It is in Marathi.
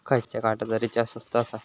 खयच्या कार्डचा रिचार्ज स्वस्त आसा?